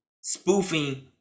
spoofing